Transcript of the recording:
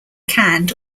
canned